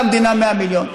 זה עלה למדינה 100 מיליון,